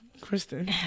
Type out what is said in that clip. Kristen